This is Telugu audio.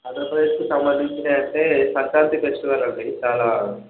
ఆంధ్ర ప్రదేష్కి సంబంధించినవి అంటే సంక్రాంతి ఫెస్టివల్ అండి చాలా